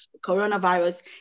coronavirus